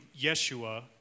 Yeshua